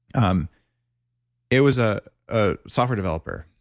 um it was ah a software developer.